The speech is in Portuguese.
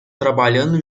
trabalhando